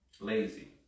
lazy